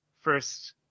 first